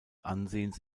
ansehens